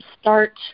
Start